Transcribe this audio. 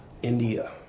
India